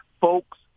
Folks